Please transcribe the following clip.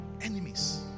Enemies